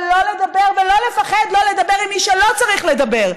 ולא לדבר ולא לפחד שלא לדבר עם מי שלא צריך לדבר איתם,